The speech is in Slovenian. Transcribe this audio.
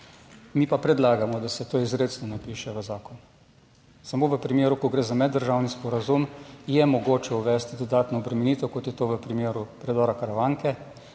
Mi pa predlagamo, da se to izrecno napiše v zakon. Samo v primeru, ko gre za meddržavni sporazum, je mogoče uvesti dodatno obremenitev, kot je to v primeru predora Karavanke.